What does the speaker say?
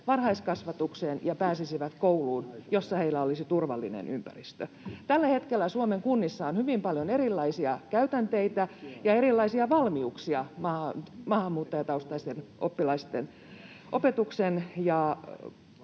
varhaiskasvatukseen ja kouluun, jossa heillä olisi turvallinen ympäristö. Tällä hetkellä Suomen kunnissa on hyvin paljon erilaisia käytänteitä ja erilaisia valmiuksia maahanmuuttajataustaisten oppilaiden opetuksen